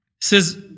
says